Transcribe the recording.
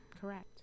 correct